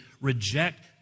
reject